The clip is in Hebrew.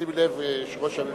שים לב כשאתה מדבר.